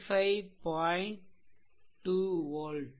2 watt